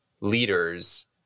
leaders